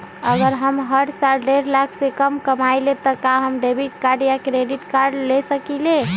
अगर हम हर साल डेढ़ लाख से कम कमावईले त का हम डेबिट कार्ड या क्रेडिट कार्ड ले सकली ह?